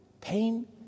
Pain